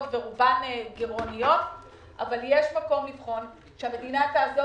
ורובן גירעוניות אבל יש מקום לבחון שהמדינה תעזור